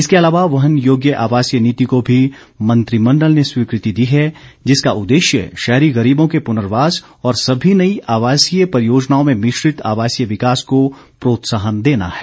इसके अलावा वहन योग्य आवासीय नीति को भी मंत्रिमंडल ने स्वीकृति दी है जिसका उद्देश्य शहरी गरीबों के पुनर्वास और सभी नई आवासीय परियोजनाओं में मिश्रित आवासीय विकास को प्रोत्साहन देना है